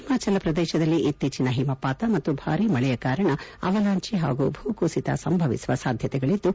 ಹಿಮಾಚಲ ಪ್ರದೇಶದಲ್ಲಿ ಇತ್ತೀಚಿನ ಹಿಮಪಾತ ಮತ್ತು ಭಾರೀ ಮಳೆಯ ಕಾರಣ ಅವಲಾಂಚಿ ಹಾಗೂ ಭೂಕುಸಿತ ಸಂಭವಿಸುವ ಸಾಧ್ಯತೆಗಳಿದ್ಲು